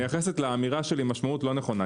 את מייחסת לאמירה שלי משמעות לא נכונה.